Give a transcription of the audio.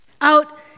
out